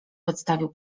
podstawił